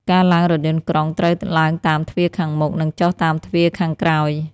ការឡើងរថយន្តក្រុងត្រូវឡើងតាមទ្វារខាងមុខ និងចុះតាមទ្វារខាងក្រោយ។